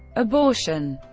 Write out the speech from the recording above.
abortion